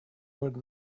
would